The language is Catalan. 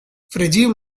fregiu